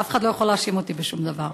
אף אחד לא יכול להאשים אותי בשום דבר.